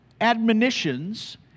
admonitions